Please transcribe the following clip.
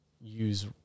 use